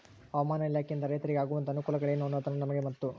ಹವಾಮಾನ ಇಲಾಖೆಯಿಂದ ರೈತರಿಗೆ ಆಗುವಂತಹ ಅನುಕೂಲಗಳೇನು ಅನ್ನೋದನ್ನ ನಮಗೆ ಮತ್ತು?